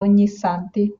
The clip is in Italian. ognissanti